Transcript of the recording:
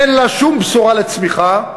אין לה שום בשורה של צמיחה,